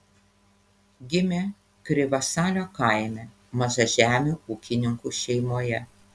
gimė krivasalio kaime mažažemių ūkininkų šeimoje